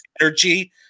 energy